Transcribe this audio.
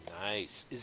Nice